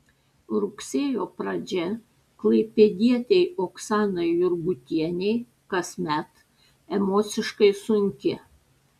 rugsėjo pradžia klaipėdietei oksanai jurgutienei kasmet emociškai sunki